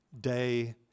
day